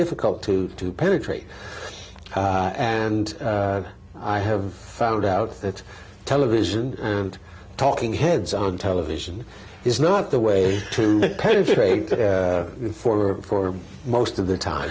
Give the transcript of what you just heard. difficult to to penetrate and i have found out that television and talking heads on television is not the way to penetrate the former for most of the time